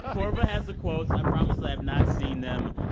korva has the quotes. i promise that i've not seen them.